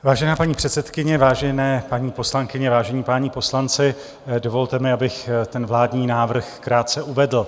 Vážená paní předsedkyně, vážené paní poslankyně, vážení páni poslanci, dovolte mi, abych vládní návrh krátce uvedl.